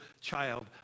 child